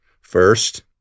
First